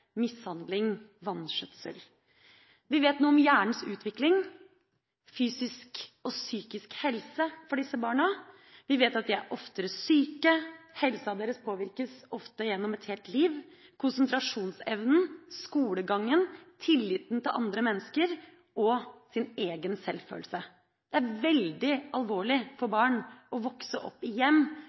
mishandling og vanskjøtsel. Vi vet noe om hjernens utvikling, fysisk og psykisk helse for disse barna, vi vet at de er oftere syke, helsa deres påvirkes ofte gjennom et helt liv, vi vet noe om konsentrasjonsevnen, skolegangen, tilliten til andre mennesker og egen selvfølelse. Det er veldig alvorlig for barn å vokse opp i hjem